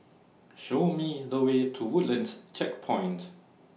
Show Me The Way to Woodlands Checkpoint